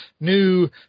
new